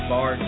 Bar